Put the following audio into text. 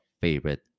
favorite